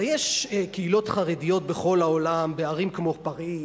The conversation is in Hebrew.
הרי יש קהילות חרדיות בכל העולם, בערים כמו פריס